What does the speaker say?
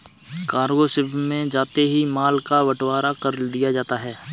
cargo ship में जाते ही माल का बंटवारा कर दिया जाता है